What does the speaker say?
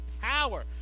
power